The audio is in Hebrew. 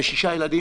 ושישה ילדים,